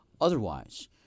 otherwise